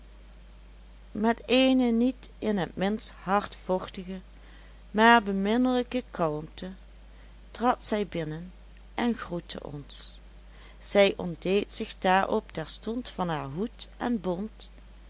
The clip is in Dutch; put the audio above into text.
met eene niet in het minst hardvochtige maar beminnelijke kalmte trad zij binnen en groette ons zij ontdeed zich daarop terstond van haar hoed en bont